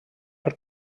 per